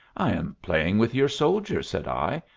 i am playing with your soldiers, said i.